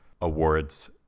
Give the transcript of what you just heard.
awards